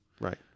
Right